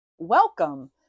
welcome